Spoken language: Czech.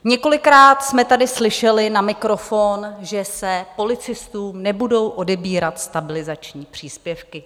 Několikrát jsme tady slyšeli na mikrofon, že se policistům nebudou odebírat stabilizační příspěvky.